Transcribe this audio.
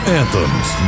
anthems